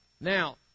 Now